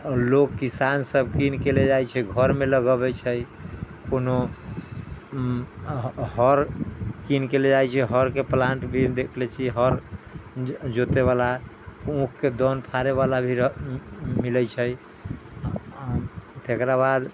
लोग किसानसभ किनके ले जाइ छै घरमे लगबै छै कोनो हऽर किनिके ले जाइ छै हऽरके प्लान्ट भी देखने छियै हऽर जोतयवला ऊँखके दौन फारयवला भी मिलै छै तकराबाद